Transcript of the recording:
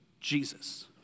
Jesus